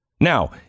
Now